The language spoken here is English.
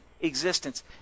existence